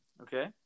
Okay